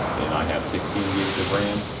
and i have sixteen gigs of ram,